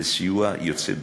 זה סיוע יוצא דופן.